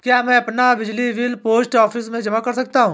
क्या मैं अपना बिजली बिल पोस्ट ऑफिस में जमा कर सकता हूँ?